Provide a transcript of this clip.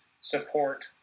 support